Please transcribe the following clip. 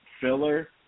filler